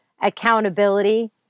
accountability